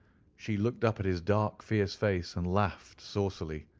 she looked up at his dark, fierce face, and laughed saucily.